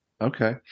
Okay